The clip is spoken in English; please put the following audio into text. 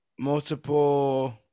multiple